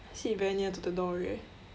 I sit very near to the door already eh